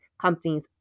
companies